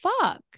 fuck